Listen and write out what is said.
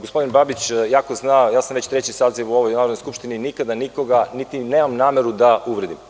Gospodin Babić to zna, ja sam već treći saziv u Narodnoj skupštini i nikada nikoga, niti imam nameru da uvredim.